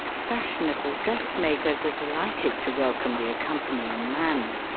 fashionable dress makers are delighted to welcome the accompanying man.